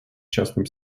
частным